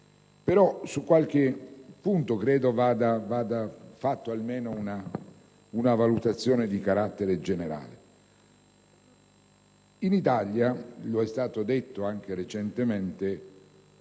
Però su qualche punto credo vada fatta almeno una valutazione di carattere generale. In Italia - è stato detto anche recentemente